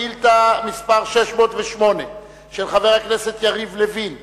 עברה בקריאה ראשונה ותועבר לוועדת החוקה,